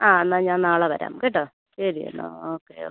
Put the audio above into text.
ആ എന്നാൽ ഞാൻ നാളെ വരാം കേട്ടോ ശരി എന്നാൽ ഓക്കെ ഓക്കെ